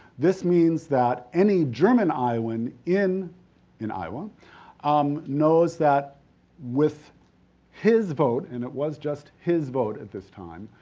this means that any german iowan in in iowa um knows that with his vote and it was just his vote at this time,